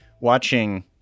watching